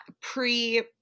Pre